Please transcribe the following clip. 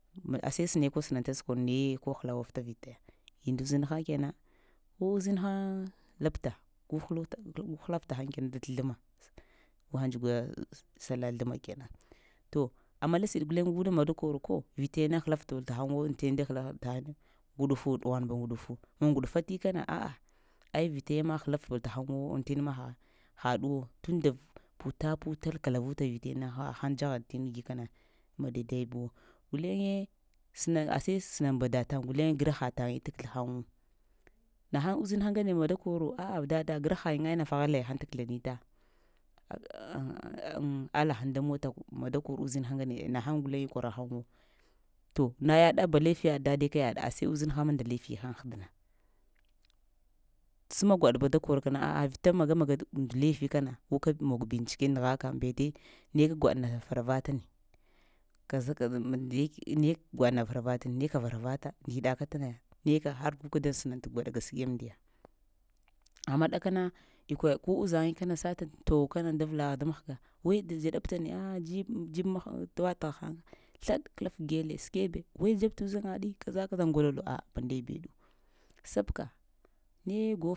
na ashe səne kol sən't səkor naye kol həlawaf'ta vitaya gi nda uzinha kena-uzinhaa labtaa gu-hulu't gu həlaft'tahəŋ kən dat zləma gu həŋ dzugwa sallah zləma kena to amma lasiɗ guləŋgu mada-kor-koo vitayana hələfəb'ta həŋwo aŋtene da həltahən nguɗufu ɗughwarib ngudufu-nguɗufati kəna a'a ai vitaya ma həlaf bol təhəŋ wo antene-mahaɗuwo tun'nda puta-putal kəlavuta vitayana həhən dzagha'nt gi kəna maa-daidai-bu guleŋee sənŋ a səe sənaŋb daatang guleŋ graha-ta ŋe't’ kəzlhŋ-wo, na həŋ uzinha nganee maa-dakoro a'a dada grahaayiŋ nafa ghala-ya haŋfa ta kəzlanita ala həŋ daŋ mota maa-da-kor uzinha ŋane naheŋ guleŋ kor həŋwo to nayy ɗaba lefiya dadee ka yaɗa ashe uzinhad ma nda lefi həŋ ah-dina səma gwaɗ ɓdakor kana a'a vita maga-magaɗ undlefi kəna guka mog binjike n'ghaka mbete ne ka gwaɗnaa faravata-nee kaza-kaza mandek kə gwaɗa faravata ndiɗaka'tana neka har guka da sən't gwaɗa gaskiya amdiya. Amma ɗakana ikwa ko uzaŋe kana sata't to kəna da vlagha da mahga wee da dzaɗab'ta ahh dzib'dzib məgh'tawat'gha həŋ sləɗ kəlaf gyele səkebe wee dzob't uzaŋaɗi kaza-kaza goldo a'a man'ndaya-beɗu səbka nee gol.